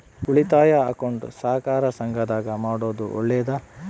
ಉಳಿತಾಯ ಅಕೌಂಟ್ ಸಹಕಾರ ಸಂಘದಾಗ ಮಾಡೋದು ಒಳ್ಳೇದಾ?